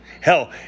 Hell